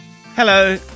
Hello